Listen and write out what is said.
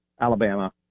Alabama